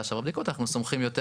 אנחנו סומכים עלי היותר,